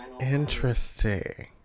interesting